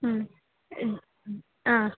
ಹ್ಞೂ ಹ್ಞೂ ಆಂ